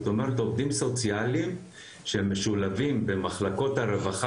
זאת אומרת עובדים סוציאליים שמשולבים במחלקות הרווחה